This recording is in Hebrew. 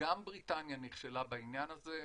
גם בריטניה נכשלה בעניין הזה.